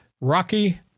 Rocky